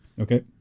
Okay